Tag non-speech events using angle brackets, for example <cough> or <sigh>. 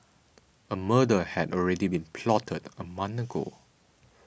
<noise> a murder had already been plotted a month ago